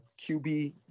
QB